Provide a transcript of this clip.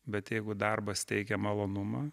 bet jeigu darbas teikia malonumą